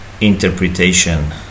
interpretation